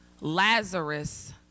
Lazarus